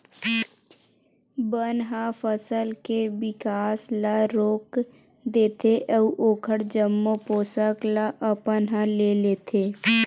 बन ह फसल के बिकास ल रोक देथे अउ ओखर जम्मो पोसक ल अपन ह ले लेथे